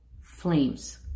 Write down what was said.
flames